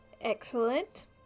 Excellent